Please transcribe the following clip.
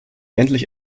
endlich